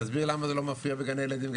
תסביר למה זה לא מופיע בגני ילדים?